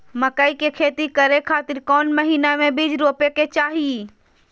मकई के खेती करें खातिर कौन महीना में बीज रोपे के चाही?